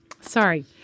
sorry